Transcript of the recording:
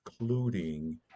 including